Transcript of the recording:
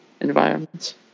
environments